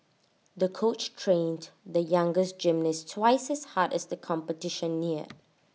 the coach trained the young girls gymnast twice as hard as the competition neared